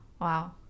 wow